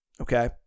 Okay